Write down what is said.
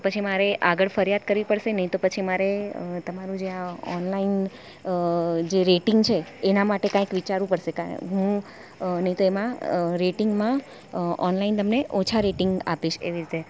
તો પછી મારે આગળ ફરિયાદ કરવી પડશે નહીં તો પછી મારે તમારું જે આ ઓનલાઇન જે રેટિંગ છે એનાં માટે કંઇક વિચારવું પડશે હું નહીં તો એમાં રેટિંગમાં ઓનલાઇન તમને ઓછાં રેટિંગ આપીશ એવી રીતે